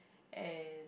and